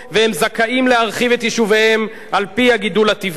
והם זכאים להרחיב את יישוביהם על-פי הגידול הטבעי.